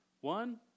One